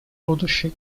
будущих